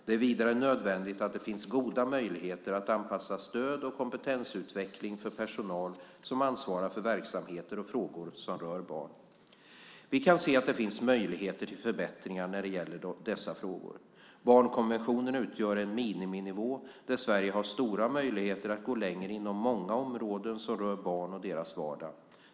Det är vidare nödvändigt att det finns goda möjligheter till anpassat stöd och kompetensutveckling för personal som ansvarar för verksamheter och frågor som rör barn. Vi kan se att det finns möjligheter till förbättringar när det gäller dessa frågor. Barnkonventionen utgör en miniminivå där Sverige har stora möjligheter att gå längre inom många områden som rör barn och deras vardag.